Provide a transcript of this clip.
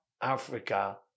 Africa